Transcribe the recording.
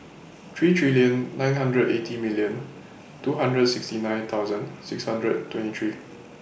three three nine hundred eighty million two hundred sixty nine thousand six hundred twenty three